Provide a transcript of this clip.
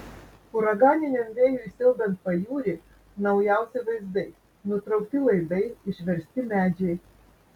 uraganiniam vėjui siaubiant pajūrį naujausi vaizdai nutraukti laidai išversti medžiai